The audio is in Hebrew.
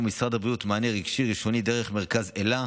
ממשרד הבריאות מענה רגשי ראשוני דרך מרכז "אלה",